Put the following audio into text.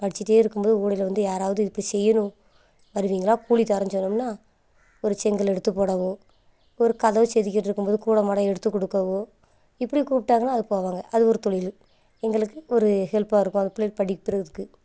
படித்துட்டே இருக்கும்போது இடையில வந்து யாராவது இப்படி செய்யணும் வருவிங்களா கூலித்தரேன் சொன்னோம்னா ஒரு செங்கல் எடுத்து போடுவாங்க ஒரு கதவை செதுக்கிட்டு இருக்கும் போது கூடமாட எடுத்து கொடுக்கவோ இப்படி கூப்பிட்டாங்கன்னா அது போவாங்க அது ஒரு தொழிலு எங்களுக்கு ஒரு ஹெல்ப்பாக இருக்கும் அது பிள்ளைங்க படிப்பிறதுக்கு